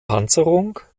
panzerung